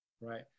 right